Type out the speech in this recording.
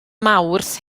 mawrth